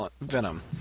Venom